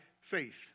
faith